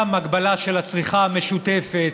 גם הגבלה של הצריכה המשותפת,